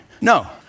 No